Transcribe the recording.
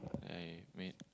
that I made